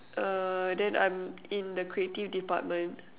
err then I'm in the creative department